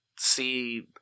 See